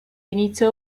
inizio